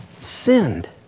sinned